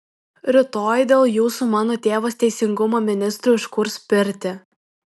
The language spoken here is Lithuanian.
rytoj dėl jūsų mano tėvas teisingumo ministrui užkurs pirtį